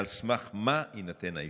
על סמך מה יינתן האישור?